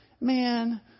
man